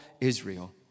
Israel